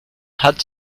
hat